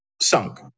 sunk